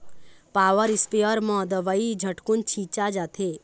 power sprayer म दवई झटकुन छिंचा जाथे